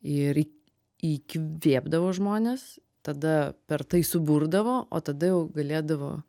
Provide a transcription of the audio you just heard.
ir įkvėpdavo žmones tada per tai suburdavo o tada jau galėdavo